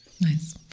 Nice